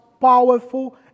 powerful